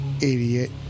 Idiot